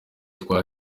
twa